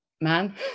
man